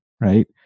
right